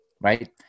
Right